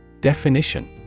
Definition